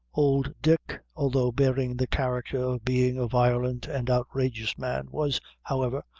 old dick, although bearing the character of being a violent and outrageous man, was, however,